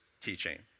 teaching